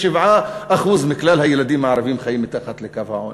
67% מכלל הילדים הערבים חיים מתחת לקו העוני.